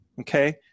Okay